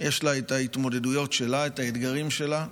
יש את ההתמודדויות שלה, את האתגרים שלה,